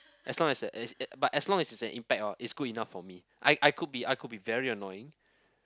as long as that but as long as it's an impact hor it's good enough for me I I could be I could be very annoying